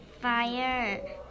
fire